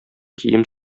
кием